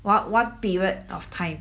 what one period of time